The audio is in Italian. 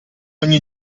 ogni